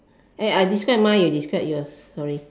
eh I describe mine you describe yours sorry